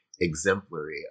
exemplary